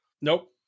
Nope